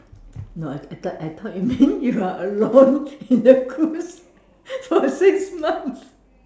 no I thought I thought you meant you are alone in the cruise for six months